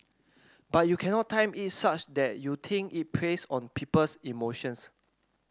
but you cannot time it such that you think it plays on people's emotions